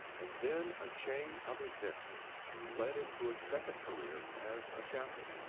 and then a chain of events led him to a second career as a chaplain.